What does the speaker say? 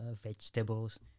vegetables